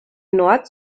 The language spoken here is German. nord